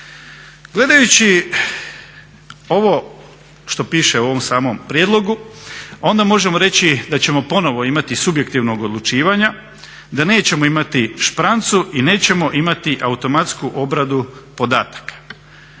Gledajući ovo što piše u ovom samom prijedlogu onda možemo reći da ćemo ponovno imati subjektivnog odlučivanja, da nećemo imati šprancu i nećemo imati automatsku obradu podataka.